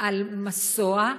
על מסוע,